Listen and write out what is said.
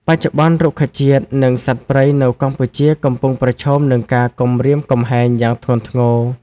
បច្ចុប្បន្ន រុក្ខជាតិ និងសត្វព្រៃនៅកម្ពុជាកំពុងប្រឈមនឹងការគំរាមកំហែងយ៉ាងធ្ងន់ធ្ងរ។